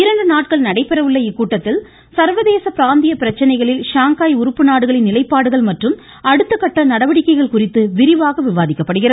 இரண்டு நாட்கள் நடைபெற உள்ள இக்கூட்டத்தில் சர்வதேச பிராந்திய பிரச்சனைகளில் ஷாங்காய் உறுப்பு நாடுகளின் நிலைப்பாடுகள் மற்றும் அடுத்த கட்ட நடவடிக்கைகள் குறித்து விரிவாக விவாதிக்கப்படுகிறது